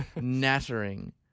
Nattering